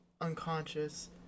unconscious